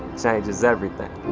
changes everything.